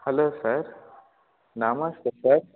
hello sir నమస్తే sir